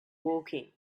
woking